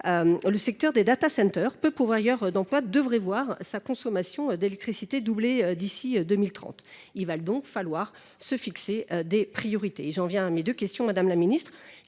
le secteur des data centers peu pouvoirilleurs d'emploi devrait voir sa consommation d'électricité doublée d'ici 2030. Il va donc falloir se fixer des priorités. J'en viens à mes deux questions Madame la Ministre.